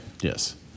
Yes